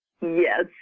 Yes